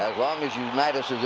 as long as unitas is